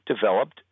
developed